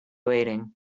waiting